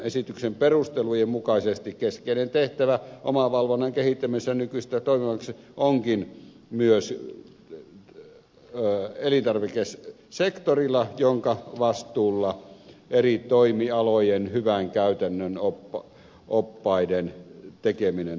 esityksen perustelujen mukaisesti keskeinen tehtävä omavalvonnan kehittämisessä nykyistä toimivammaksi onkin myös elintarvikesektorilla jonka vastuulla eri toimialojen hyvän käytännön oppaiden tekeminen on paikallaan